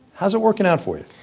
how is it working out for you?